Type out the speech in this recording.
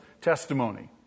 testimony